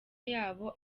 yabo